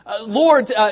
Lord